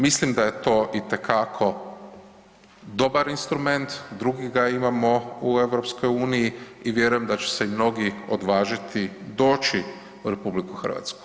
Mislim da je to itekako dobar instrument, drugi ga imamo u EU i vjerujem da će se mnogi odvažiti doći u RH.